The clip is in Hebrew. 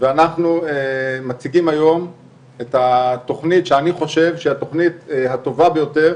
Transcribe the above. ואנחנו מציגים היום את התכנית שאני חושב שהיא התכנית הטובה ביותר